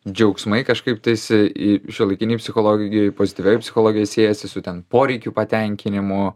džiaugsmai kažkaip tais į šiuolaikinėj psichologijoj pozityvioj psichologijoj siejasi su ten poreikių patenkinimu